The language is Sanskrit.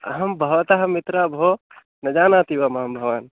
अहं भवतः मित्रः भोः न जानाति वा मां भवान्